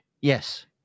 Yes